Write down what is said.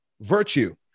virtue